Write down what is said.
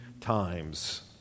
times